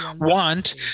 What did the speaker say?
want